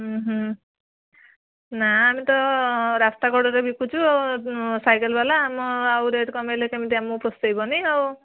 ନା ଆମେ ତ ରାସ୍ତା କଡ଼ରେ ବିକୁଛୁ ଆଉ ସାଇକେଲ୍ ବାଲା ଆମ ଆଉ ରେଟ୍ କମେଇଲେ କେମିତି ଆମୁକୁ ପୋଷେଇବନି ଆଉ